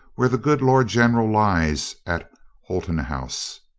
where the good lord general lies at holton house.